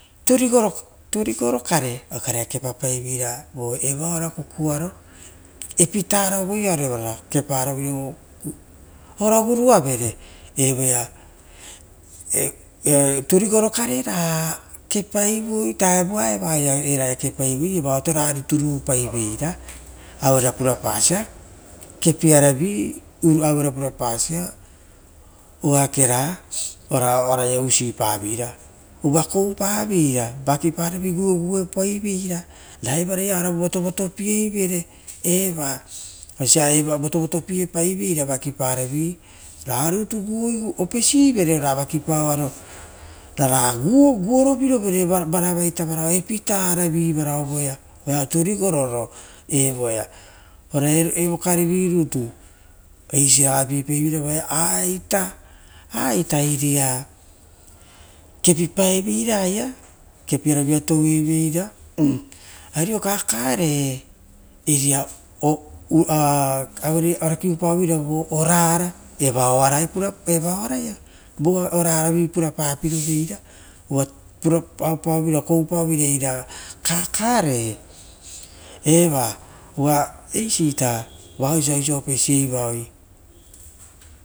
Turigoro kare okarea kepa pai veira vo evao ara kukuearo epitara avuiaro evara kepara ora guruavere evoia turigoro kare ra kepaivoi vutaita eva ra kepaivoi evaoto ra rutu ruipaivera ura purapasia kepiaravi oakeraraia sipavera uva koupavera vokeparovi gueguepaivera a evaraia oaravu goto goto pieivere eva osia evara voto voto piepaivera ra rutu opesivere raia kepaoro ra gue rovirovere varavaita varao epi taravi vavao voea ra tarigororo evoia ra evo karevi rutu eisiragavira eisigaravi ita aita iria kepi pavera aia, kepiaraviia touevera ario kakare iria ora kiupaovera vo orara, evao araia orara vi purapapi roveira, uva koupaovera eira kakare eva oia eisita osia opesie vaoia.